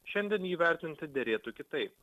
šiandien jį vertinti derėtų kitaip